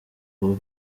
abuba